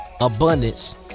abundance